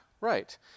Right